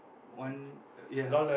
one uh ya